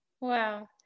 Wow